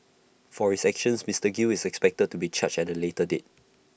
for his actions Mister gill is expected to be charged at A later date